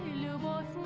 liubov